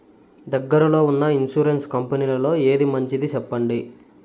దగ్గర లో ఉన్న ఇన్సూరెన్సు కంపెనీలలో ఏది మంచిది? సెప్పండి?